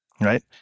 Right